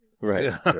Right